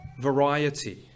variety